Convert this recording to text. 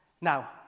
Now